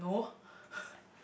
no